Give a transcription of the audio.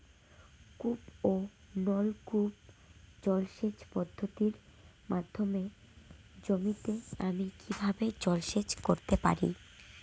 কূপ ও নলকূপ জলসেচ পদ্ধতির মাধ্যমে জমিতে আমি কীভাবে জলসেচ করতে পারি?